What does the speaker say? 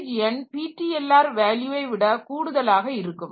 page எண் PTLR வேல்யூவை விட கூடுதலாக இருக்கும்